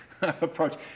approach